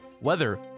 weather